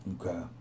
Okay